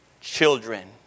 children